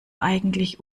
eigentlich